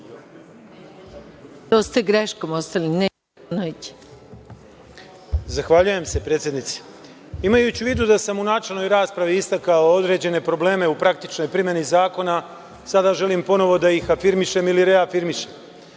Zahvaljujem se, predsednice. Imajući u vidu da sam u načelnoj raspravi istakao određene probleme u praktičnoj primeni zakona, sada želim ponovo da ih afirmišem ili reafirmišem.S